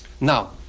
now